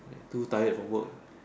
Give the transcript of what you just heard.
too tired from work